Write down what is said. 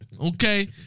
Okay